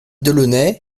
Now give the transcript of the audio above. delaunay